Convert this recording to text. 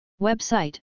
Website